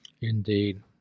indeed